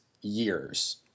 years